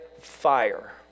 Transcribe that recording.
fire